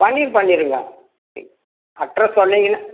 பண்ணிரு பண்ணிவிடுறங்க அட்ரஸ் சொன்னிங்கனா